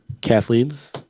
kathleen's